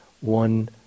One